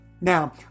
Now